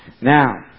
Now